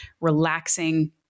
relaxing